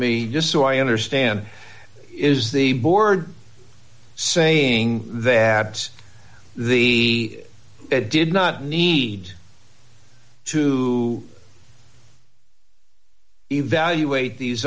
me just so i understand is the board saying that the fed did not need to evaluate these